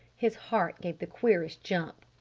his heart gave the queerest jump.